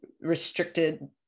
restricted